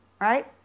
right